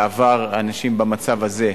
בעבר אנשים במצב הזה,